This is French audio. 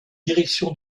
direction